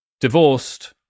divorced